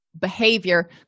behavior